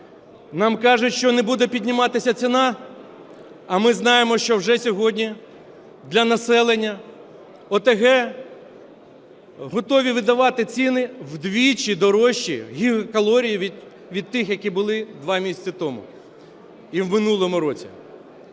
Нам кажуть, що не буде підніматися ціна. А ми знаємо, що вже сьогодні для населення ОТГ готові видавати ціни, вдвічі дорожчі, гігакалорії, від тих, які були 2 місяці тому і в минулому році.